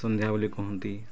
ସନ୍ଧ୍ୟା ବୋଲି କହନ୍ତି